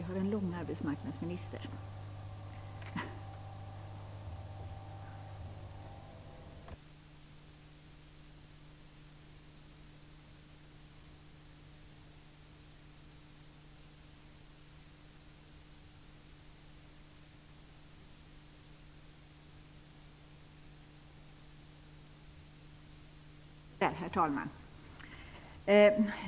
Herr talman!